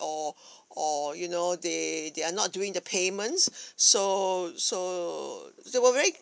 or or you know they they are not doing the payments so so they were very